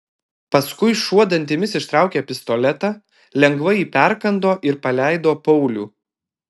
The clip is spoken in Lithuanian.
paskui šuo dantimis ištraukė pistoletą lengvai jį perkando ir paleido paulių